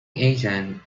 agent